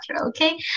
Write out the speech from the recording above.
Okay